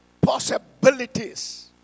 possibilities